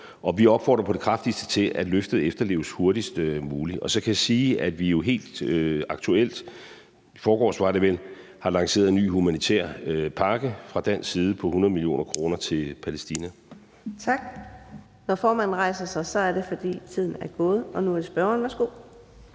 Og vi opfordrer på det kraftigste til, at løftet efterleves hurtigst muligt. Så kan jeg sige, at vi jo helt aktuelt – i forgårs var det vel – har lanceret en ny humanitær pakke fra dansk side på 100 mio. kr. til Palæstina. Kl. 13:18 Fjerde næstformand (Karina Adsbøl): Tak. Når formanden rejser sig, er det, fordi tiden er gået. Nu er det spørgeren. Værsgo. Kl.